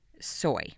Soy